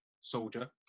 soldier